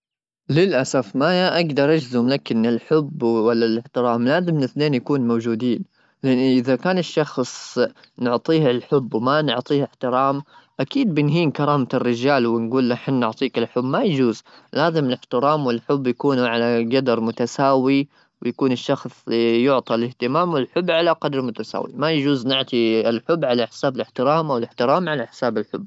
للاسف ما اقدر اجزم لكن الحب والاحترام لازم الاثنين يكونوا موجودين ,اذا كان الشخص نعطيه الحب ما نعطيه احترام اكيد بنهين كرامه الرجال ,ونقول له احنا نعطيك الحب ما يجوز لازم الاحترام والحب يكونوا على قدر متساوي ويكون الشخص يعطى الاهتمام والحب على قدر متساوي ما يجوز نعطي الحب على حساب الاحترام او الاحترام على حساب الحب.